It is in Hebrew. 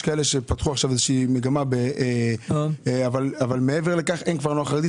יש כאלה שפתחו מגמה אבל אין כפר נוער חרדי.